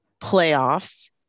Playoffs